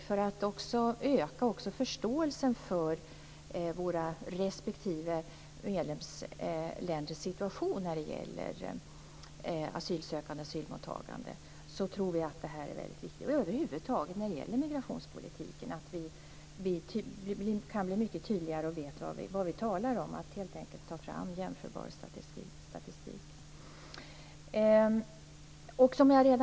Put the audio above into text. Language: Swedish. För att öka förståelsen för våra respektive medlemsländers situation när det gäller asylsökande och asylmottagande tror vi att det här är viktigt. När det gäller migrationspolitiken över huvud taget är det viktigt för att vi ska bli mycket tydligare och veta vad vi talar om att vi helt enkelt tar fram jämförbar statistik.